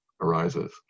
arises